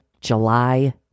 July